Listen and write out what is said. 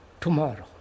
tomorrow